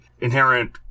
inherent